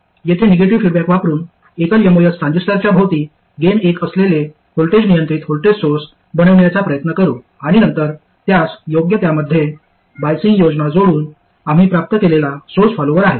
येथे negative feedback वापरुन एकल एमओएस ट्रान्झिस्टरच्या भोवती गेन एक असलेले व्होल्टेज नियंत्रित व्होल्टेज सोर्स बनविण्याचा प्रयत्न करू आणि नंतर त्यास योग्य त्यामध्ये बायसिंग योजना जोडून आम्ही प्राप्त केलेला सोर्स फॉलोअर आहे